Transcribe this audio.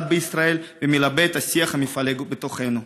בישראל ומלבה את השיח המפלג בתוכנו.